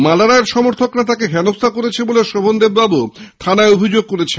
মালা রায়ের সমর্থকরা তাকে হেনস্থা করেছে বলে শোভনদেব বাবু থানায় অভিযোগ করেছেন